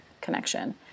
connection